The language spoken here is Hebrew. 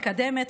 מתקדמת,